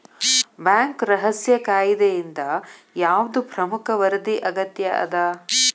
Bank ರಹಸ್ಯ ಕಾಯಿದೆಯಿಂದ ಯಾವ್ದ್ ಪ್ರಮುಖ ವರದಿ ಅಗತ್ಯ ಅದ?